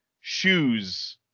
shoes